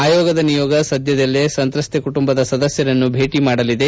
ಆಯೋಗದ ನಿಯೋಗ ಸದ್ಭದಲ್ಲೇ ಸಂತ್ರಸ್ತೆ ಕುಟುಂಬದ ಸದಸ್ಭರನ್ನು ಭೇಟಿ ಮಾಡಲಿದೆ